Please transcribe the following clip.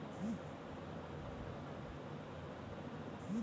ধার ক্যইরলে যে টাকার উপর সুদের হার লায়